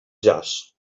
jaç